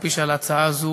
אף-על-פי שעל ההצעה הזאת